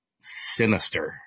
sinister